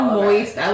moist